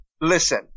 Listen